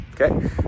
Okay